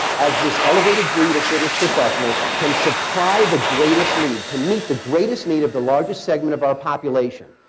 as this elevated breed a fitness professional, can supply the greatest need, can meet the greatest need of the largest segment of our population,